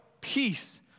peace